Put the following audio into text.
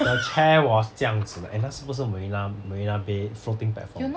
the chair was 这样子的 and 那时不是 marina marina bay floating platform